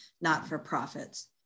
not-for-profits